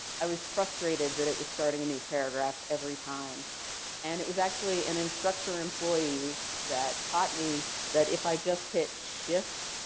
i was frustrated that it was starting a new paragraph every time and it was actually an instructure employee that taught me that if i just hit shift,